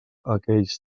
aquells